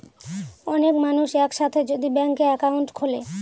অনেক মানুষ এক সাথে যদি ব্যাংকে একাউন্ট খুলে